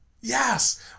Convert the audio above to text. Yes